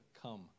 come